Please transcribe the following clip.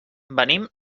venim